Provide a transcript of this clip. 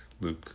Luke